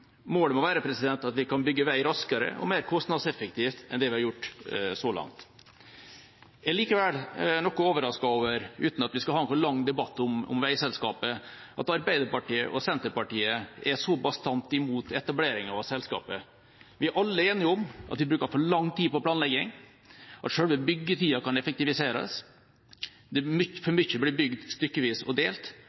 Målet må være at vi kan bygge vei raskere og mer kostnadseffektivt enn det vi har gjort så langt. Jeg er likevel noe overrasket over – uten at vi skal ha noen lang debatt om veiselskapet – at Arbeiderpartiet og Senterpartiet er så bastant imot etablering av dette selskapet. Vi er alle enige om at vi bruker for lang tid på planlegging, at selve byggetida kan effektiviseres, for mye blir bygd stykkevis og delt,